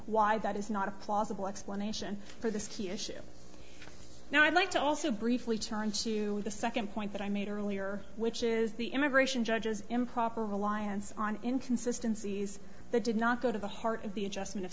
why that is not a plausible explanation for this key issue now i'd like to also briefly turn to the second point that i made earlier which is the immigration judges improper reliance on in consistencies the did not go to the heart of the adjustment of